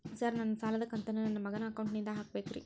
Sir ನನ್ನ ಸಾಲದ ಕಂತನ್ನು ನನ್ನ ಮಗನ ಅಕೌಂಟ್ ನಿಂದ ಹಾಕಬೇಕ್ರಿ?